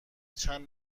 چند